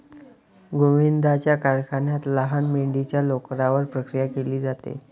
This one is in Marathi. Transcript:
गोविंदाच्या कारखान्यात लहान मेंढीच्या लोकरावर प्रक्रिया केली जाते